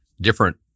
different